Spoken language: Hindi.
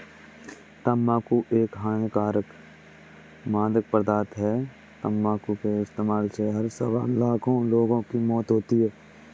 तंबाकू एक हानिकारक मादक पदार्थ है, तंबाकू के इस्तेमाल से हर साल लाखों लोगों की मौत होती है